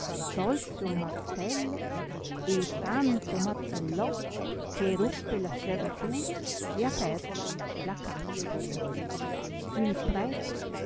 tolse un martello e tanto martellò che ruppe la serratura e aperse la cassa il prete